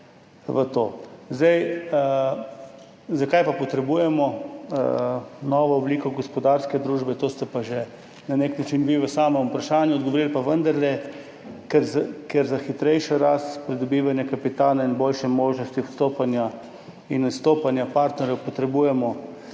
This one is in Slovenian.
v to. Zakaj potrebujemo novo obliko gospodarske družbe, na to ste pa že na nek način vi v samem vprašanju odgovorili, pa vendarle: ker za hitrejšo rast, pridobivanje kapitala in boljše možnosti vstopanja in izstopanja partnerjev potrebujemo